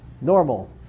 Normal